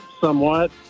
somewhat